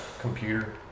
computer